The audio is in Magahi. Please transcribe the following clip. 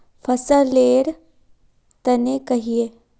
फसल लेर तने कहिए?